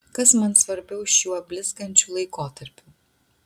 kas man svarbiau šiuo blizgančiu laikotarpiu